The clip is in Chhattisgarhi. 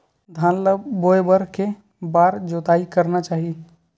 धान ल बोए बर के बार जोताई करना चाही?